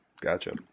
Gotcha